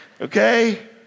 Okay